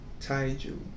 Taiju